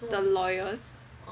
the lawyers